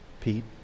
Pete